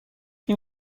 این